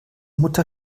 mutter